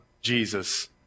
Jesus